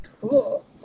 cool